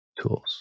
tools